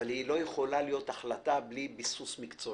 אבל היא לא יכולה להיות החלטה בלי ביסוס מקצועי.